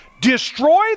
Destroy